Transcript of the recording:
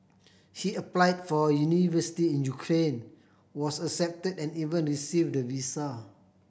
he applied for university in Ukraine was accept and even received the visa